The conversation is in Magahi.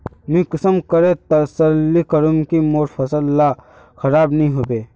मुई कुंसम करे तसल्ली करूम की मोर फसल ला खराब नी होबे?